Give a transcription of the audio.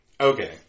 Okay